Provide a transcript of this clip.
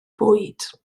bwyd